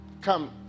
come